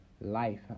life